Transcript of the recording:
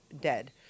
dead